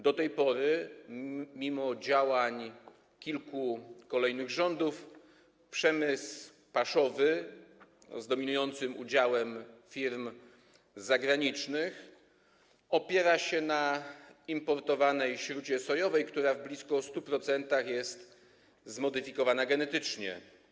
Do tej pory mimo działań kilku kolejnych rządów przemysł paszowy z dominującym udziałem firm zagranicznych opiera się na importowanej śrucie sojowej, która w blisko 100% jest zmodyfikowana genetycznie.